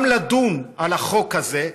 גם לדון על החוק הזה,